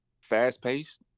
fast-paced